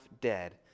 dead